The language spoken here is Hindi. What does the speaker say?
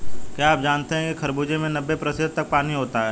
क्या आप जानते हैं कि खरबूजे में नब्बे प्रतिशत तक पानी होता है